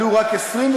עלו רק 26,000,